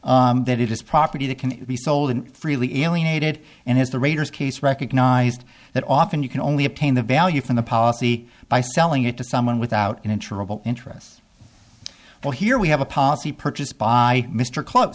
case that it is property that can be sold and freely alienated and has the raiders case recognized that often you can only obtain the value from the policy by selling it to someone without an interim interests well here we have a policy purchase by mr cl